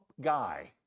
guy